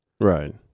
Right